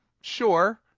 sure